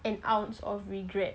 an ounce of regret